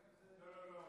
לא לא לא,